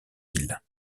isle